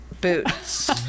boots